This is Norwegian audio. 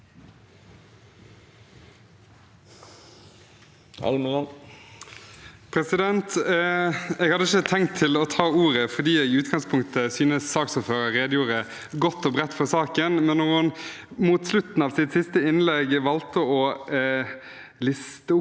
leder): Jeg hadde ikke tenkt å ta ordet fordi jeg i utgangspunktet synes saksordføreren redegjorde godt og bredt for saken, men da hun mot slutten av sitt siste innlegg valgte å liste opp